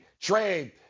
trade